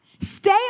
Stay